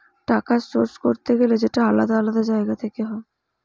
টাকার সোর্স করতে গেলে সেটা আলাদা আলাদা জায়গা থেকে হয়